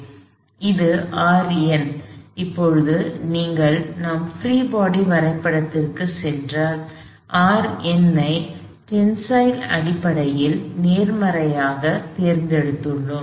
எனவே இது Rn இப்போது நீங்கள் நம் பிரீ பாடி வரைபடத்திற்குச் சென்றால் Rn ஐ டென்சயில் அடிப்படையில் நேர்மறையாக நாங்கள் தேர்ந்தெடுத்துள்ளோம்